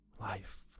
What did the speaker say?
Life